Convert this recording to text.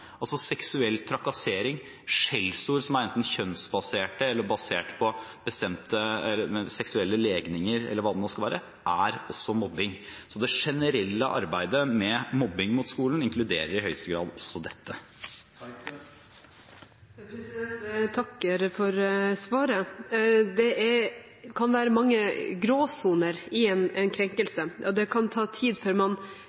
Seksuell trakassering – skjellsord som er enten kjønnsbaserte eller basert på bestemte seksuelle legninger eller hva det skulle være – er også mobbing. Så det generelle arbeidet mot mobbing i skolen inkluderer i aller høyeste grad også dette. Jeg takker for svaret. Det kan være mange gråsoner i en